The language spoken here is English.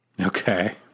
Okay